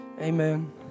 Amen